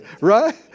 Right